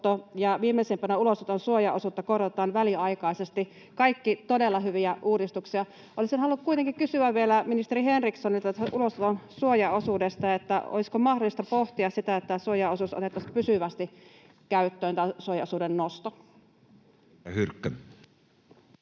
ja viimeisimpänä ulosoton suojaosuutta korotetaan väliaikaisesti. Kaikki ovat todella hyviä uudistuksia. Olisin halunnut kuitenkin kysyä vielä ministeri Henrikssonilta tästä ulosoton suojaosuudesta: olisiko mahdollista pohtia sitä, että tämä suojaosuuden nosto otettaisiin pysyvästi käyttöön? [Speech 24]